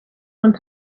want